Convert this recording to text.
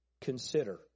consider